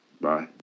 bye